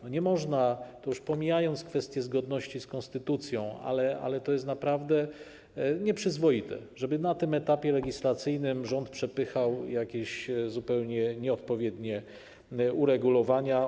Nie można tego robić, już pomijając kwestię zgodności z konstytucją, ale to jest naprawdę nieprzyzwoite, żeby na tym etapie legislacyjnym rząd przepychał jakieś zupełnie nieodpowiednie uregulowania.